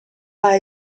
war